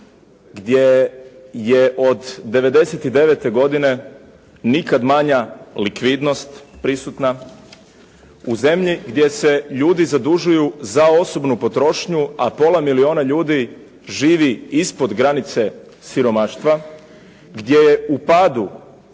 gdje je od 99. godine nikad manja likvidnost prisutna, u zemlji gdje se ljudi zadužuju za osobnu potrošnju, a pola milijuna ljudi živi ispod granice siromaštva, gdje je u padu